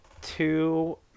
two